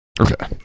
Okay